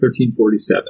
1347